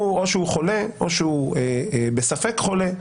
או שהוא חולה או שהוא ספק חולה,